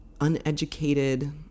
uneducated